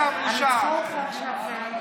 ההצבעה לא חוקית.